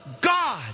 God